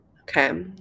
Okay